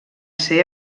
ser